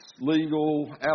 legal